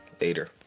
Later